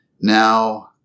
Now